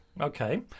Okay